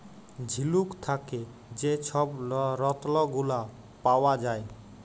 ঝিলুক থ্যাকে যে ছব রত্ল গুলা পাউয়া যায়